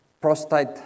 prostate